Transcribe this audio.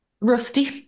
rusty